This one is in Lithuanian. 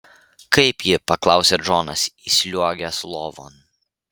kaip ji paklausė džonas įsliuogęs lovon